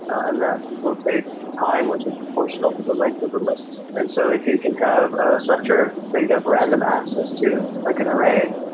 and that will take time, which is proportional to the length of the list. and so if you can have a structure that you have random access to, like an array,